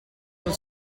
del